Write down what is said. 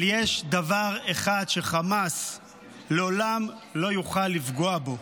אבל יש דבר אחד שחמאס לעולם לא יוכל לפגוע בו,